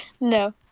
No